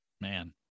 man